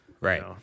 Right